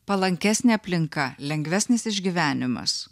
palankesnė aplinka lengvesnis išgyvenimas